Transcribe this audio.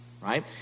right